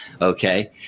Okay